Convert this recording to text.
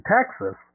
Texas